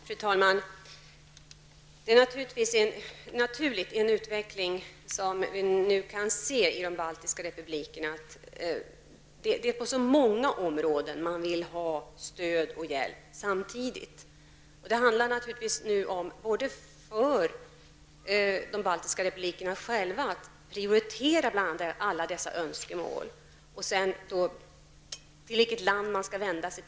Fru talman! Det är naturligt i en utveckling som den vi nu kan se i de baltiska republikerna att man vill ha stöd och hjälp på många områden samtidigt. För de baltiska republikerna gäller nu att prioritera bland alla dessa önskemål och sedan avgöra till vilket land man skall vända sig.